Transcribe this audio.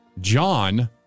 John